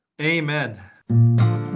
Amen